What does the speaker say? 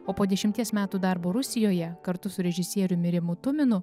o po dešimties metų darbo rusijoje kartu su režisieriumi rimu tuminu